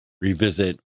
revisit